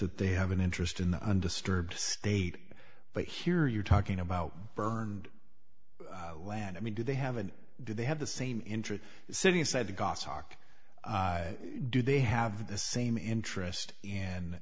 that they have an interest in the undisturbed state but here you're talking about burned land i mean do they have and do they have the same interests sitting inside the goshawk do they have the same interest